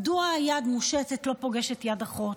מדוע יד מושטת לא פוגשת יד אחות?